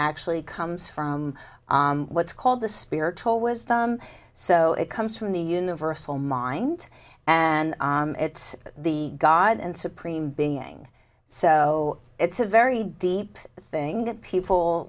actually comes from what's called the spiritual wisdom so it comes from the universal mind and it's the god and supreme being so it's a very deep thing that people